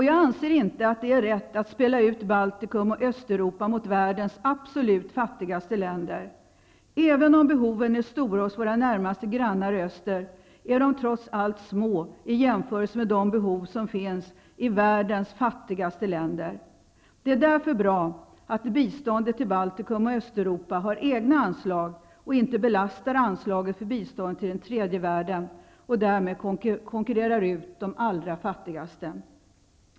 Jag anser inte att det är rätt att spela ut Baltikum och Östeuropa mot världens absolut fattigaste länder. Även om behoven är stora hos våra närmaste grannar i öster, är de trots allt små i jämförelse med de behov som finns i världens fattigaste länder. Det är därför bra att biståndet till Baltikum och Östeuropa har egna anslag och inte belastar anslaget för biståndet till den tredje världen och därmed konkurrerar ut de allra fattigaste.